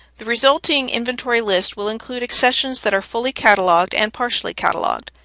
the resulting inventory list will include accessions that are fully cataloged and partially cataloged.